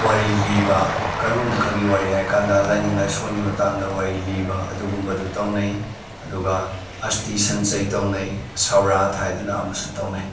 ꯋꯥꯔꯤ ꯂꯤꯕ ꯀꯔꯝꯕ ꯃꯈꯜꯒꯤ ꯋꯥꯔꯤ ꯍꯥꯏꯔ ꯀꯥꯟꯗ ꯂꯥꯏꯅꯤꯡ ꯂꯥꯏꯁꯣꯟꯒꯤ ꯃꯇꯥꯡꯗ ꯋꯥꯔꯤ ꯂꯤꯕ ꯑꯗꯨꯒꯨꯝꯕꯗꯨ ꯇꯧꯅꯩ ꯑꯗꯨꯒ ꯑꯁꯇꯤ ꯁꯟꯆꯩ ꯇꯧꯅꯩ ꯁꯣꯔꯥꯠ ꯍꯥꯏꯗꯅ ꯑꯃꯁꯨ ꯇꯧꯅꯩ